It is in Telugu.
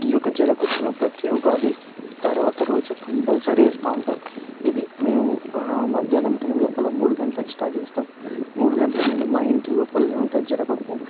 ఈ యొక్క జడగొప్పును ప్రతీ ఉగాది తర్వాత రోజు కంపల్సరి వేస్తా ఉంటాం ఇది మేము మధ్యాహ్నం టైం లోపల మూడు గంటలకు స్టార్ట్ చేస్తాం మూడు గంటల నుండి మా ఇంటి లోపలనే ఉంటుంది జడకొప్పు